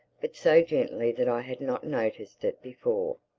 but so gently that i had not noticed it before.